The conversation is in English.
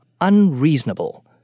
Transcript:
unreasonable